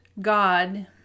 God